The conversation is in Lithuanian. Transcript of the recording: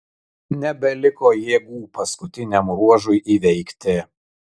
nebeliko jėgų paskutiniam ruožui įveikti